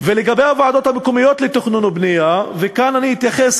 לגבי הוועדות המקומיות לתכנון ובנייה כאן אני אתייחס